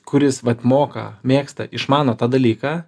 kuris vat moka mėgsta išmano tą dalyką